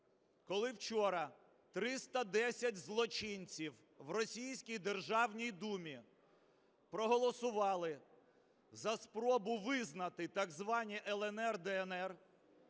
Коли вчора 310 злочинців в російській Державній Думі проголосували за спробу визнати так звані "ЛНР",